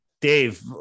Dave